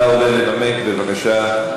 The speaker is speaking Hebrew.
אתה עולה לנמק, בבקשה.